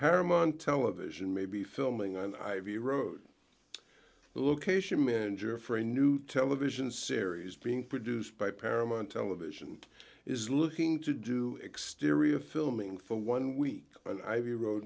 paramount television may be filming i view road location manager for a new television series being produced by paramount television is looking to do exterior filming for one week ivy road